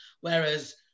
whereas